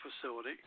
facility